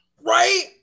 right